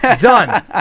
Done